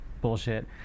bullshit